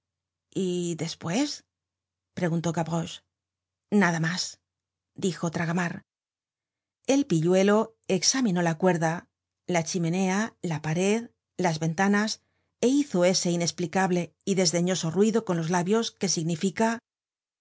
y despues preguntó gavroche nada mas dijo tragamar el pilluelo examinó la cuerda la chimenea la pared las ventanas é hizo ese inesplicable y desdeñoso ruido con los labios que significa